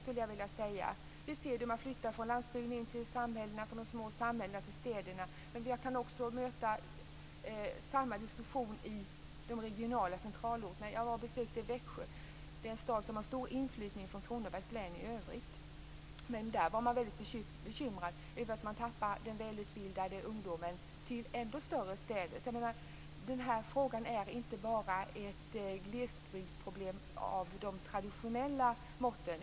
Vi ser att man flyttar från landsbygden in till samhällena och från de små samhällena till städerna. Vi kan också möta samma diskussion i de regionala centralorterna. Jag besökte Växjö. Det är en stad som har en stor inflyttning från Kronobergs län i övrigt. Men även där var man väldigt bekymrad över att man tappar den välutbildade ungdomen till ändå större städer. Den här frågan är inte bara ett glesbygdsproblem av de traditionella måtten.